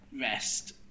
rest